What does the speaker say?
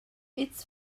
its